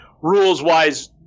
rules-wise